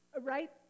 right